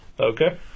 Okay